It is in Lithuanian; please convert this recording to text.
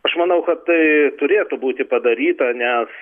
aš manau kad tai turėtų būti padaryta nes